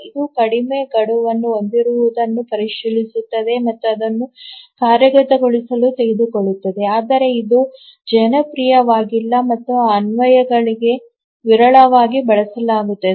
ಇದು ಕಡಿಮೆ ಗಡುವನ್ನು ಹೊಂದಿರುವದನ್ನು ಪರಿಶೀಲಿಸುತ್ತದೆ ಮತ್ತು ಅದನ್ನು ಕಾರ್ಯಗತಗೊಳಿಸಲು ತೆಗೆದುಕೊಳ್ಳುತ್ತದೆ ಆದರೆ ಇದು ಜನಪ್ರಿಯವಾಗಿಲ್ಲ ಮತ್ತು ಅನ್ವಯಗಳಲ್ಲಿ ವಿರಳವಾಗಿ ಬಳಸಲಾಗುತ್ತದೆ